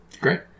Great